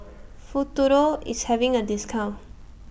Futuro IS having A discount